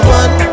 one